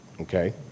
okay